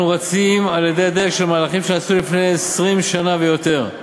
אנחנו רוצים על-ידי זה שמהלכים שנעשו לפני 20 שנה ויותר,